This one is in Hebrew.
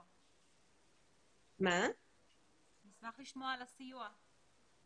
נשמח לשמוע על הסיוע.